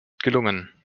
gelungen